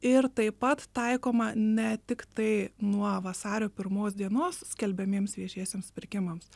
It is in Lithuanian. ir taip pat taikoma ne tiktai nuo vasario pirmos dienos skelbiamiems viešiesiems pirkimams